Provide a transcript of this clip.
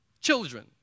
Children